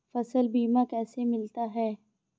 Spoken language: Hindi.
फसल बीमा कैसे मिलता है?